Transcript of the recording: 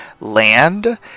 land